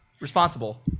responsible